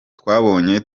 twabonye